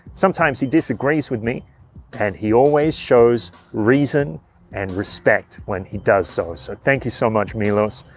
sometimes he disagrees with me and he always shows reason and respect when he does so, so thank you so much milos.